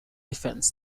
defence